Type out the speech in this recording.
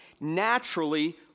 naturally